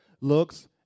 looks